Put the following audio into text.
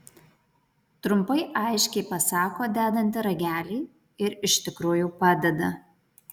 trumpai aiškiai pasako dedanti ragelį ir iš tikrųjų padeda